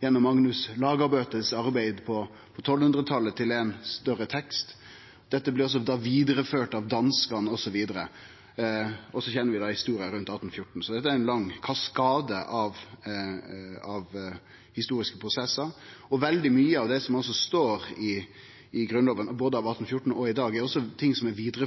gjennom Magnus Lagabøtes arbeid på 1200-talet. Dette blei ført vidare av danskane, osv., og vi kjenner historia rundt 1814. Så dette er ein lang kaskade av historiske prosessar. Veldig mykje av det som står i Grunnlova, både versjonen frå 1814 og den vi har i dag, er òg ting som er ført vidare